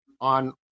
on